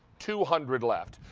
two hundred left.